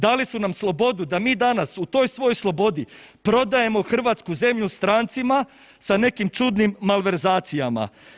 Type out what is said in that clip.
Dali su nam slobodu da mi danas u toj svojoj slobodi prodajemo hrvatsku zemlju strancima sa nekim čudnim malverzacijama.